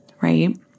Right